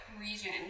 region